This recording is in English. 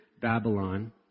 Babylon